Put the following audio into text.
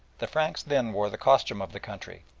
the franks then wore the costume of the country,